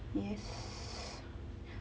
yes